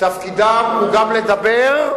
תפקידם הוא גם לדבר,